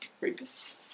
rapist